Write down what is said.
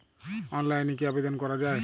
অনলাইনে কি আবেদন করা য়ায়?